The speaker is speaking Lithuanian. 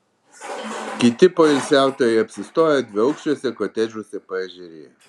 kiti poilsiautojai apsistoję dviaukščiuose kotedžuose paežerėje